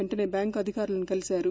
వెంటనే బ్యాంకు అధికారులను కలిశాదు